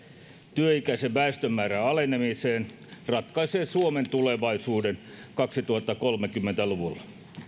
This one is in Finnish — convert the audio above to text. työikäisen väestön määrän alenemiseen ratkaisee suomen tulevaisuuden kaksituhattakolmekymmentä luvulla